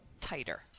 tighter